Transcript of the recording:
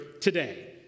today